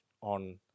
on